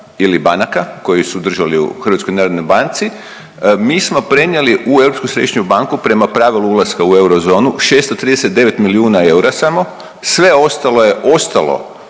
ili banaka koji su držali u HNB-u mi smo prenijeli u Europsku središnju banku prema pravilu ulaska u eurozonu 639 milijuna eura samo, sve ostalo je ostalo